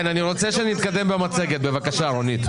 אני רוצה שנתקדם במצגת, בבקשה, רונית.